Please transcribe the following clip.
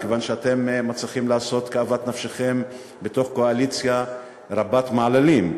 מכיוון שאתם מצליחים לעשות כאוות נפשכם בתוך קואליציה רבת מעללים.